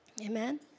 Amen